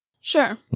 Sure